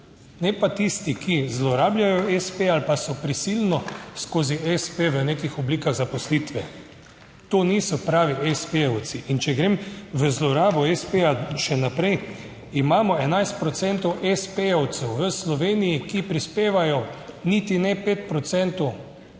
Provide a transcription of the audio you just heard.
ne pa tisti, ki zlorabljajo espe ali pa so prisilno skozi espe v nekih oblikah zaposlitve. To niso pravi espejevci. Če grem v zlorabo espeja še naprej imamo 11 procentov espejevcev v Sloveniji, ki prispevajo niti ne 5